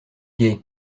gai